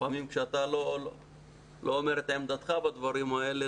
לפעמים כשאתה לא אומר את עמדתך בדברים האלה,